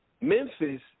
Memphis